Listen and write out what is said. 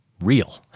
real